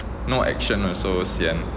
no action also sian